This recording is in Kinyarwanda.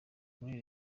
muri